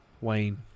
Wayne